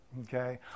okay